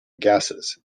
gases